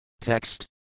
Text